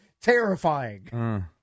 terrifying